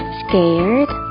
scared